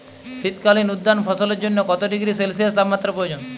শীত কালীন উদ্যান ফসলের জন্য কত ডিগ্রী সেলসিয়াস তাপমাত্রা প্রয়োজন?